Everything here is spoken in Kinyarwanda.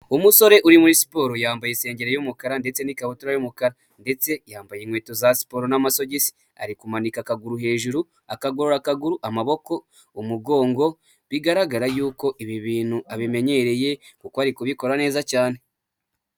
Umusore uri muri siporo yambaye insengeri y'umukara ndetse n'ikabutura y'umukara. Ndetse yambaye inkweto za siporo n'amasogisi. Ari kumanika akaguru hejuru akagorora akaguru, amaboko, umugongo, bigaragara yuko ibi bintu abimenyereye kuko ari kubikora neza cyane.